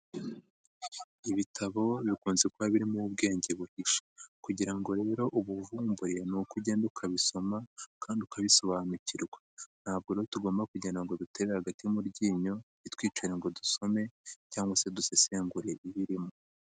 Ibitabo bikunze kuba birimo ubwenge buhishe, kugira ngo rero ubuvumbure ni uko ugenda ukabisoma kandi ukabisobanukirwa, ntabwo rero tugomba kugenda ngo duterere agati mu ryinyo ntitwicare ngo dusome, cyangwa se dusesengure ibirimo.